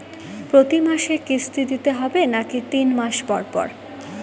প্রতিমাসে কিস্তি দিতে হবে নাকি তিন মাস পর পর?